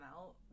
out